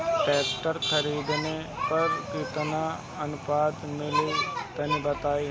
Tractor खरीदे पर कितना के अनुदान मिली तनि बताई?